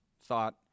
thought